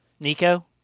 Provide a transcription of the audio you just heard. Nico